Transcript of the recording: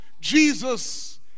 Jesus